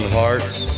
hearts